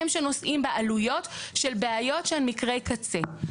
הם שנושאים בעלויות של בעיות שהם מקרי קצה.